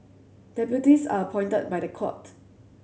deputies are appointed by the court